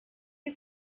you